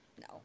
No